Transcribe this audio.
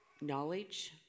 knowledge